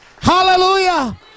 Hallelujah